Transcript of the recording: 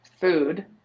food